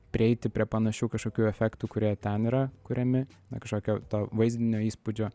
prieiti prie panašių kažkokių efektų kurie ten yra kuriami na kažkokio to vaizdinio įspūdžio